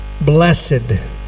blessed